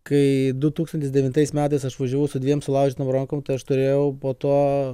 kai du tūkstantis devintais metais aš važiavau su dviem sulaužytom rankom aš turėjau po to